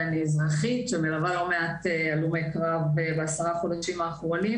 ואני אזרחית מלווה לא מעט הלומי קרב בעשרה החודשים האחרונים,